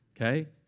Okay